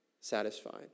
satisfied